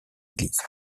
église